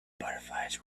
butterflies